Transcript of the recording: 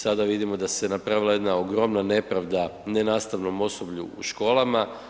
Sada vidimo da se napravila jedna ogromna nepravda nenastavnom osoblju u školama.